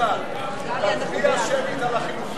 יוחנן, אני מבקש, תצביע שמית על החלופין.